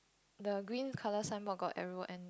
the green colour signboard got arrow and